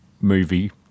movie